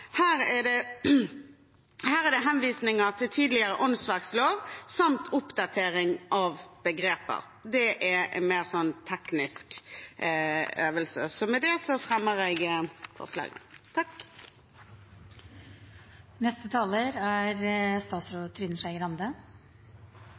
Her er det henvisninger til tidligere åndsverklov samt oppdatering av begreper, og det er mer en teknisk øvelse. Med det anbefaler jeg innstillingene. Jeg